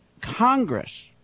Congress